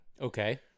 Okay